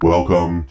Welcome